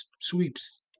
sweeps